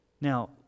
Now